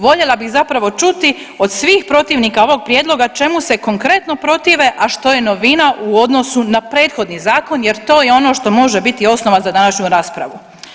Voljela bih zapravo čuti od svih protivnika ovog prijedloga čemu se konkretno protive, a što je novina u odnosu na prethodni zakon jer to je ono što može biti osnova za današnju raspravu.